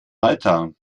malta